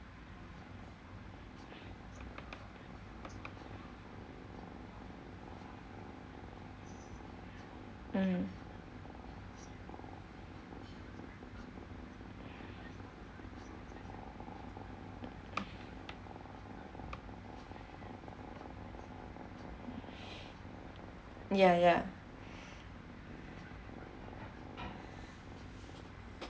mm ya ya